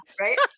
right